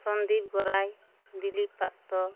Sandeep Borai Dilip Patra